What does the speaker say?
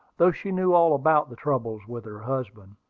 though she knew all about the troubles with her husband.